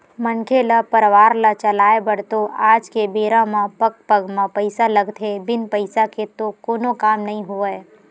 मनखे ल परवार ल चलाय बर तो आज के बेरा म पग पग म पइसा लगथे बिन पइसा के तो कोनो काम नइ होवय